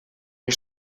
are